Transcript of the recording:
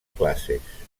classes